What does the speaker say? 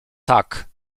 tak